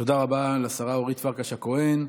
תודה רבה לשרה אורית פרקש הכהן.